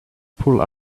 pull